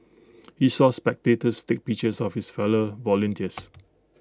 he saw spectators take pictures of his fellow volunteers